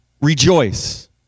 rejoice